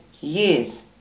years